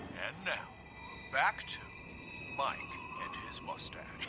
now back to mike and his mustache.